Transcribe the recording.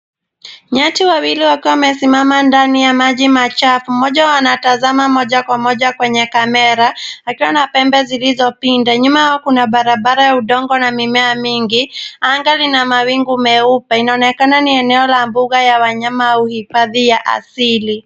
Nyati wawili wako wamesimama ndani ya maji machafu, mmoja wanatazama moja kwa moja kwenye kamera akiwa na pembe zilizopinda. Nyuma yao kuna barabara ya udongo na mimea mingi. Anga lina mawingu meupe, inaonekana ni eneo la mbuga ya wanyama au hifadhi ya asili.